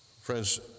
friends